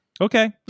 Okay